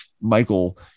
Michael